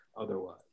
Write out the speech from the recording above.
otherwise